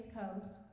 comes